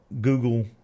Google